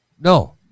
No